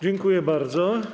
Dziękuję bardzo.